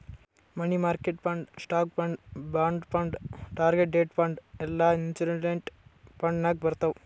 money market fund, stock fund, bond fund, target date fund ಎಲ್ಲಾ investment fund ನಾಗ್ ಬರ್ತಾವ್